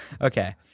Okay